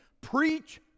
Preach